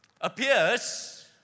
appears